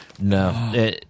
no